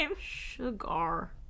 Sugar